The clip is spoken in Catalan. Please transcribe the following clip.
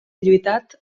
lluitat